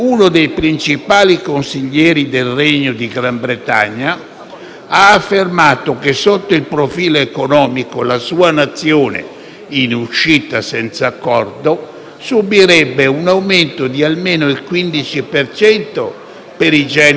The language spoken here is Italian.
ha affermato che sotto il profilo economico la sua nazione, in uscita senza accordo, subirebbe un aumento di almeno il 15 per cento per i generi alimentari e dell'8 per cento per quelli tessili;